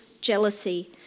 jealousy